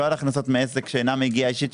לא על הכנסות מעסק שאינו מיגיעה אישית,